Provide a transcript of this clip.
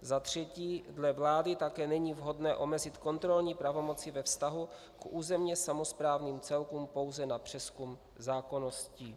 Za třetí, dle vlády také není vhodné omezit kontrolní pravomoci ve vztahu k územně samosprávným celkům pouze na přezkum zákonnosti.